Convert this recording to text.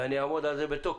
ואני אעמוד על זה בתוקף